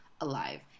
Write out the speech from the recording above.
alive